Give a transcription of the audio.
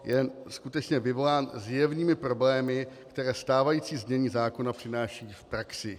Je skutečně vyvolán zjevnými problémy, které stávající znění zákona přináší v praxi.